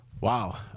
Wow